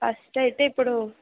first అయితే ఇప్పుడు